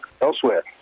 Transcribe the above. elsewhere